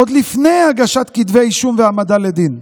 עוד לפני הגשת כתבי אישום והעמדה לדין.